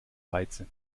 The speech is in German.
reize